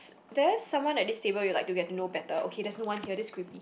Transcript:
there's someone at this table you like to get to know better okay there's no one here that's creepy